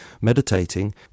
meditating